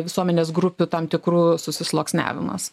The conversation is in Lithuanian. visuomenės grupių tam tikrų susisluoksniavimas